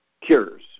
cures